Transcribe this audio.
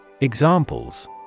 Examples